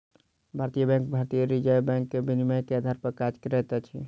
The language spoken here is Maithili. भारतीय बैंक भारतीय रिज़र्व बैंक के विनियमन के आधार पर काज करैत अछि